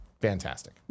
Fantastic